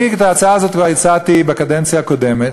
אני כבר הצעתי את ההצעה הזאת בקדנציה הקודמת,